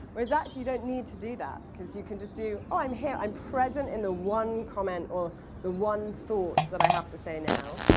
whereas actually, you don't need to do that, because you can just do, oh, i'm here. i'm present in the one comment or the one thought that i have to say now.